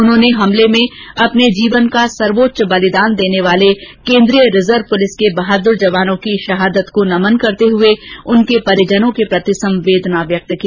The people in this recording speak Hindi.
उन्होंने हमले में अपने जीवन का सर्वोच्च बलिदान देने वाले केन्द्रीय रिजर्व पुलिस बल के बहाद्र जवानों की शहादत को नमन करते हुए उनके परिजनों के प्रति संवेदना व्यक्त की